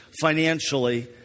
financially